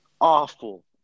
awful